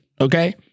Okay